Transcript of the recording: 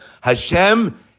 Hashem